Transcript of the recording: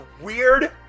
weird